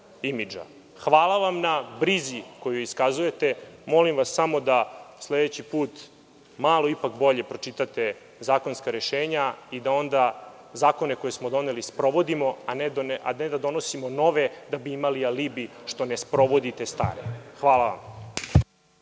Hvala vam na brizi koju iskazujete. Molim vas samo da sledeći put malo bolje pročitate zakonska rešenja i da onda zakone koje smo doneli sprovodimo, a ne da donosimo nove da bi imali alibi što ne sprovodite stare. Hvala.